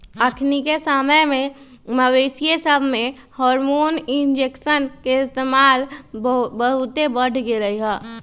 अखनिके समय में मवेशिय सभमें हार्मोन इंजेक्शन के इस्तेमाल बहुते बढ़ गेलइ ह